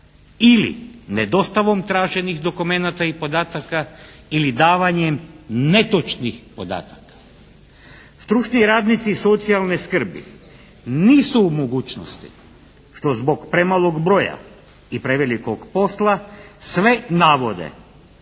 ili nedostavom traženih dokumenata i podataka ili davanjem netočnih podataka. Stručni radnici socijalne skrbi nisu u mogućnosti što zbog premalog broja i prevelikog posla sve navode